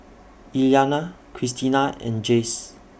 Iyana Kristina and Jase